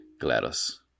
Gladys